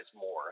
more